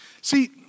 See